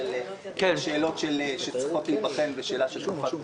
ושל שאלות שצריכות להיבחן בתקופה של בחירות.